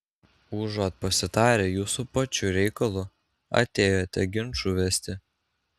užuot pasitarę jūsų pačių reikalu atėjote ginčų vesti